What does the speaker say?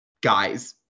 guys